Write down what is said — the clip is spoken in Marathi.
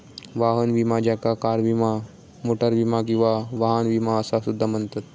वाहन विमा ज्याका कार विमा, मोटार विमा किंवा वाहन विमा असा सुद्धा म्हणतत